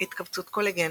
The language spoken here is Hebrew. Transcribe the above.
התכווצות קולגן,